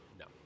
No